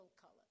color